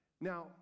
Now